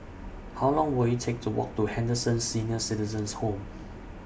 How Long Will IT Take to Walk to Henderson Senior Citizens' Home